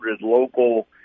local